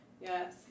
Yes